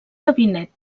gabinet